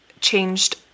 changed